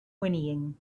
whinnying